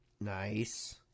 Nice